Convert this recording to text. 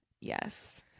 Yes